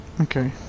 Okay